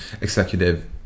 executive